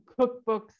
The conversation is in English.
cookbooks